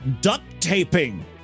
duct-taping